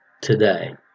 today